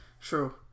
True